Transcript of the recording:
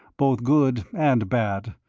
both good and bad,